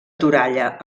toralla